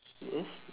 yes